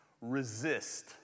Resist